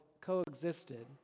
coexisted